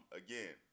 again